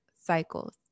cycles